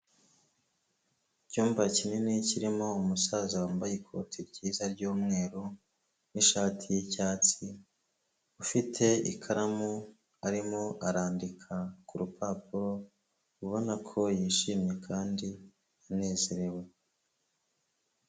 Icyumba kinini kirimo umusaza wambaye ikoti ryiza ry'umweru n'ishati yicyatsi, ufite ikaramu arimo arandika ku rupapuro ubona ko yishimye kandi anezerewe.